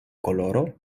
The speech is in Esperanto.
koloro